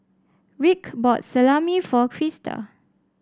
Rick bought Salami for Krysta